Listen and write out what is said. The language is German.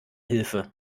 hilfe